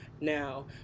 now